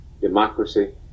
democracy